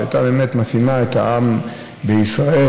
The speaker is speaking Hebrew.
שהייתה באמת מתאימה לעם בישראל,